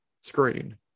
screen